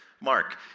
mark